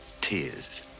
tears